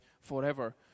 forever